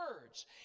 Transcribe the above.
words